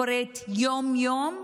קורית יום-יום,